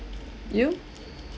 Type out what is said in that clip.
you